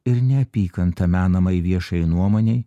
ir neapykantą menamai viešajai nuomonei